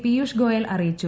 പിയുഷ് ഗോയൽ അറിയിച്ചു